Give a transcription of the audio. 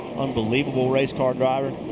unbelievable race car driver.